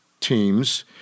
teams